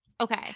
Okay